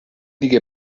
دیگه